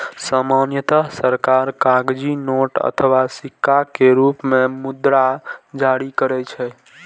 सामान्यतः सरकार कागजी नोट अथवा सिक्का के रूप मे मुद्रा जारी करै छै